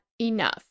enough